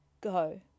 go